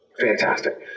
fantastic